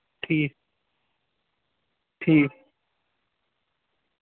ٹھیٖک ٹھیٖک